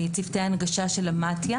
צוותי הנגשה של המתי"א